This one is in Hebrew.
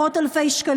בבקשה, דקה לרשותך.